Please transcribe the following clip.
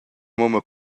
mumma